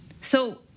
So-